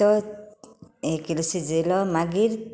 तो हें केलो शिजयलो मागीर